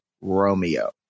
Romeo